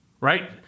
right